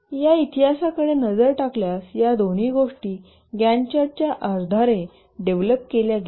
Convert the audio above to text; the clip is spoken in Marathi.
या इतिहासाकडे नजर टाकल्यास या दोन्ही गोष्टी गॅन्ट चार्ट च्या आधारे डेव्हलप केल्या गेल्या